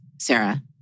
Sarah